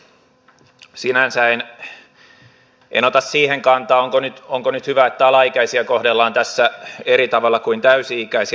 sinänsä en ota kantaa siihen onko nyt hyvä että alaikäisiä kohdellaan tässä eri tavalla kuin täysi ikäisiä